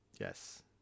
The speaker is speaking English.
Yes